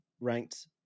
ranked